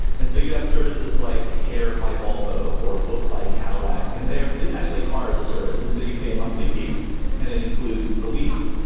and so you have services like care by volvo, or book by cadillac, and they're essentially car as a service. and so you pay a monthly fee and it includes the lease,